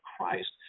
Christ